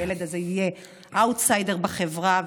והילד הזה יהיה אאוטסיידר בחברה,